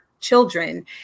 children